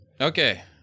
Okay